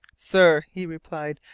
sir, he replied,